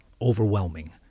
overwhelming